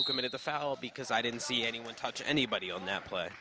who committed a foul because i didn't see anyone touch anybody on that play